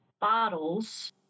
bottles